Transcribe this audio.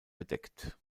bedeckt